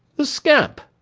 the scamp.